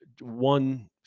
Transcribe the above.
one